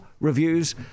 reviews